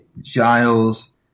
Giles